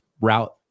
route